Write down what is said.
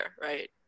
right